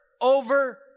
over